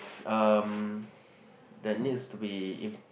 um that needs to be